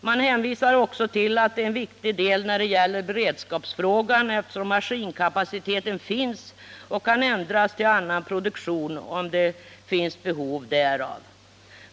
Man hänvisar också till att detta är en viktig del när det gäller beredskapsfrågan, eftersom maskinkapaciteten finns och kan ändras till annan produktion om det uppstår behov därav.